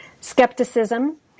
skepticism